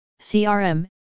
CRM